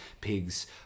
pigs